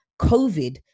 COVID